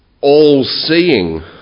all-seeing